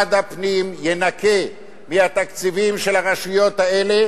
משרד הפנים ינכה מהתקציבים של הרשויות האלה